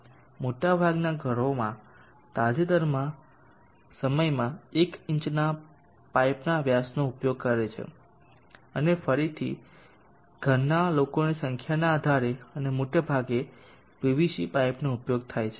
મોટાભાગનાં ઘરો તાજેતરનાં સમયમાં 1 ઇંચના પાઇપ વ્યાસનો ઉપયોગ કરે છે અને ફરીથી ઘરનાં લોકોની સંખ્યાના આધારે અને મોટાભાગે પીવીસી પાઈપોનો ઉપયોગ થાય છે